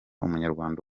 umunyarwanda